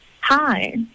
Hi